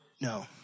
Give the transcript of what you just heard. No